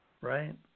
Right